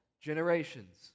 generations